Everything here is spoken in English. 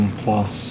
plus